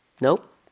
nope